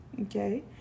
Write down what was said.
Okay